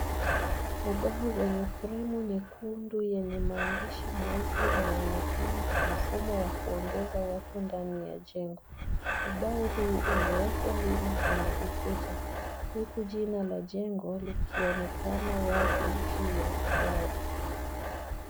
Ubao wenye fremu nyekundu yenye maandishi meusi ianonekana mfumo wa kuongeza watu ndani ya jengo. Ubao huo umewekwa wima kwenye ukuta, huku jina la jengo likionekana wazi juu ya ubao.